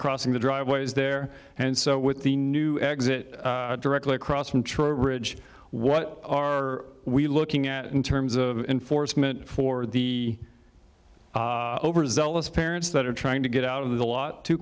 crossing the driveway is there and so with the new exit directly across from trowbridge what are we looking at in terms of enforcement for the overzealous parents that are trying to get out of the lot too